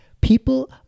People